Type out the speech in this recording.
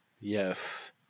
yes